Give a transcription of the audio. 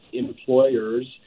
employers